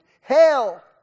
hell